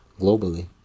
globally